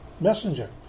messenger